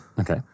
Okay